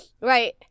Right